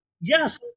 Yes